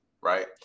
right